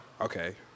Okay